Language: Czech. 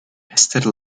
ester